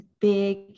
big